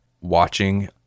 watching